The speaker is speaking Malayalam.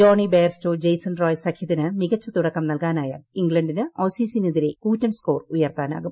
ജോണി ബെയർസ്റ്റോ ജെയ്സൺ റോയ് സഖ്യത്തിന് മികച്ച തുടക്കം നൽകാനായാൽ ഇംഗ്ലണ്ടിന് ഓസീസിനെതിരെ കൂറ്റൻ സ്കോർ ഉയർത്താനാകും